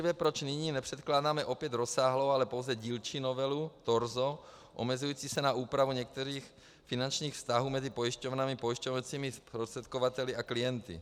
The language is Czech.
Nejdříve, proč nyní nepředkládáme opět rozsáhlou, ale pouze dílčí novelu, torzo omezující se na úpravu některých finančních vztahů mezi pojišťovnami, pojišťovacími zprostředkovateli a klienty.